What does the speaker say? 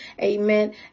amen